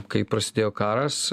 kai prasidėjo karas